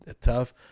tough